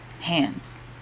hands